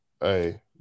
Hey